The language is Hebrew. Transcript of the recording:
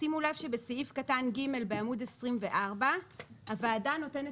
שימו לב שבסעיף קטן (ג) בעמוד 24 הוועדה נותנת